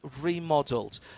remodelled